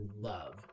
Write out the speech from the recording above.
love